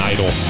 Idol